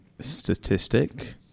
statistic